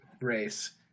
race